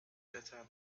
better